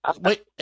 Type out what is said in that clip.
wait